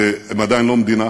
הם עדיין לא מדינה,